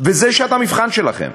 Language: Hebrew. וזו שעת המבחן שלכם.